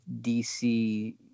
DC